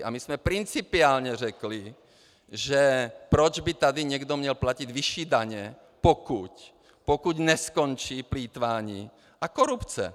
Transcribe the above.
A my jsme principiálně řekli: Proč by tady někdo měl platit vyšší daně, pokud neskončí plýtvání a korupce?